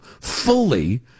fully